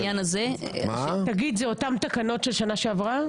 זה אותן תקנות של שנה שעברה?